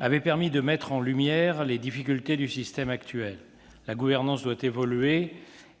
avait permis de mettre en lumière les difficultés du système actuel. La gouvernance doit évoluer,